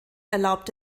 erlaubt